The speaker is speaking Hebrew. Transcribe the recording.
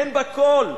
אין בה כול.